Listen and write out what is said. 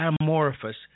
amorphous